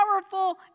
powerful